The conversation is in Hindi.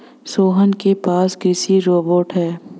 सोहन के पास कृषि रोबोट है